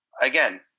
Again